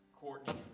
Courtney